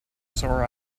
sore